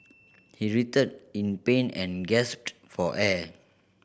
he writhed in pain and gasped for air